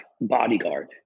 bodyguard